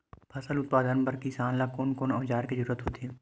फसल उत्पादन बर किसान ला कोन कोन औजार के जरूरत होथे?